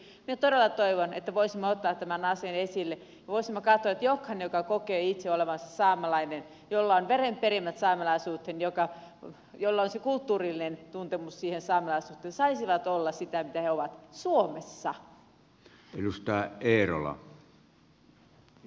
minä todella toivon että voisimme ottaa tämän asian esille ja voisimme katsoa että jokainen joka kokee itse olevansa saamelainen jolla on verenperimät saamelaisuuteen jolla on sen saamelaisuuden kulttuurillinen tuntemus saisi olla sitä mitä on suomessa